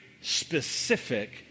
specific